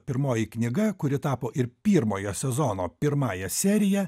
pirmoji knyga kuri tapo ir pirmojo sezono pirmąja serija